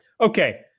Okay